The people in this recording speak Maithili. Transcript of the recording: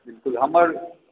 बिल्कुल हमर